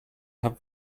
have